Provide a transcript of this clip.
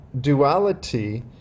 duality